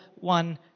one